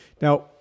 Now